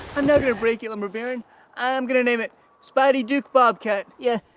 not gonna break it, lumber baron. i am gonna name it spidey duke bobcat. yeah,